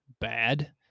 bad